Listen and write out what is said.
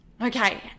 Okay